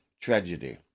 tragedy